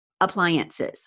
appliances